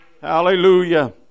Hallelujah